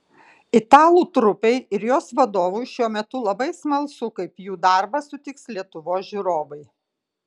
italų trupei ir jos vadovui šiuo metu labai smalsu kaip jų darbą sutiks lietuvos žiūrovai